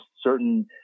certain